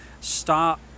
stop